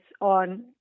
on